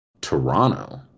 Toronto